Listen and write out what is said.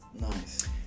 Nice